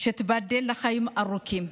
שתיבדל לחיים ארוכים,